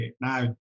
now